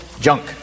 junk